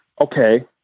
okay